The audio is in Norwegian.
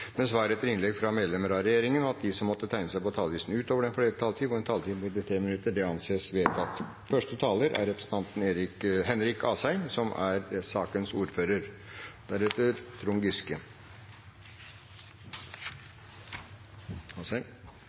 med svar etter innlegg fra medlemmer av regjeringen, og at de som måtte tegne seg på talerlisten utover den fordelte taletid, får en taletid på inntil 3 minutter. – Det anses vedtatt.